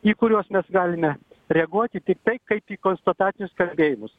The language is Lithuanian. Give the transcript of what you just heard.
į kuriuos mes galime reaguoti tiktai kaip į konstatacinius kalbėjimus